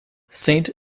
saint